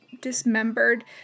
dismembered